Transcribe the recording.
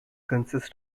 consists